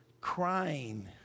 crying